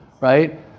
right